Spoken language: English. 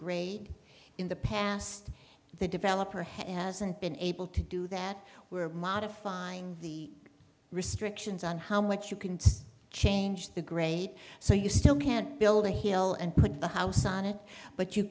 grade in the past the developer hasn't been able to do that we're modifying the restrictions on how much you can change the grade so you still can't build a hill and put the house on it but you